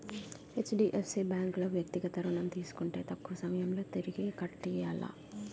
HDFC bank లో వ్యక్తిగత ఋణం తీసుకుంటే తక్కువ సమయంలో తిరిగి కట్టియ్యాల